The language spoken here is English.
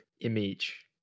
Image